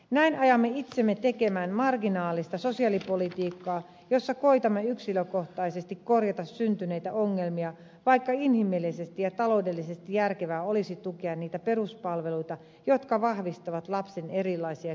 näin ajamme itsemme tekemään marginaalista sosiaalipolitiikkaa jossa koetamme yksilökohtaisesti korjata syntyneitä ongelmia vaikka inhimillisesti ja taloudellisesti järkevää olisi tukea niitä peruspalveluita jotka vahvistavat lapsen erilaisia kehitysyhteisöjä